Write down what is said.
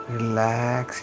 Relax